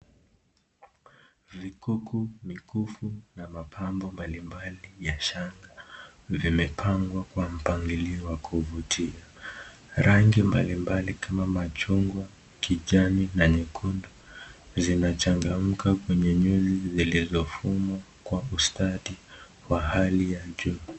Vikuku, mikufu na mapambo mbalimbali ya shanga vimepangwa kwa mpangilio wa kuvutia. Rangi mbalimbali kama machungwa, kijani na nyekundu zinachangamka kwenye nyuzi zilizofumwa kwa ustadi mahali ya juu.